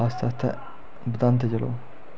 आस्ता आस्ता बधांदे चलो